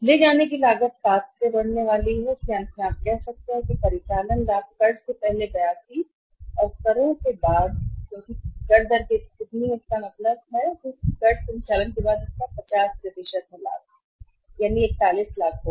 और ले जाने की लागत 7 से बढ़ने वाली है इसलिए अंत में आप कह सकते हैं कि परिचालन लाभ कर से पहले 82 और करों के बाद क्योंकि कर दर कितनी है इसका मतलब है कि कर संचालन के बाद इसका 50 है लाभ 41 लाख होगा यह लाखों में है